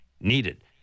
needed